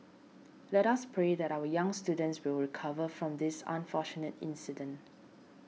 let us pray that our young students will recover from this unfortunate incident